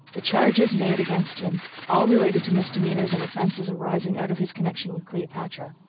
the charges made against him all related to misdemeanors and offenses arising out of his connection with cleopatra.